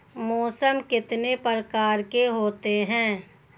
मौसम कितने प्रकार के होते हैं?